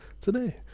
today